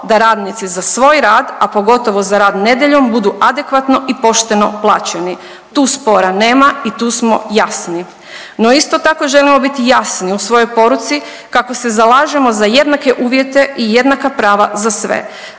da radnici za svoj rad, a pogotovo za rad nedjeljom budu adekvatno i pošteno plaćeni. Tu spora nema i tu smo jasni. No isto tako želimo biti jasni u svojoj poruci kako se zalažemo za jednake uvjete i jednaka prava za sve.